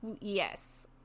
Yes